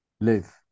live